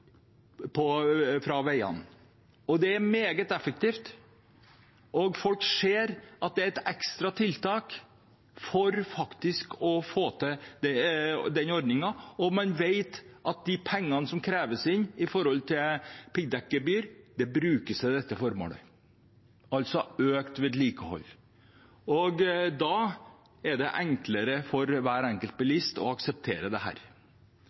fra veiene, og det er meget effektivt. Folk ser at det er et ekstra tiltak for å få til den ordningen, og man vet at de pengene som kreves inn i form av piggdekkgebyr, brukes til dette formålet, altså økt vedlikehold. Da er det enklere for hver enkelt bilist å akseptere dette. Jeg tror at det